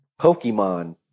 pokemon